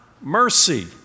mercy